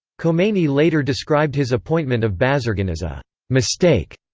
khomeini later described his appointment of bazargan as a mistake.